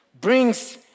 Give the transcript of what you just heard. brings